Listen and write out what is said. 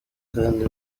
kandi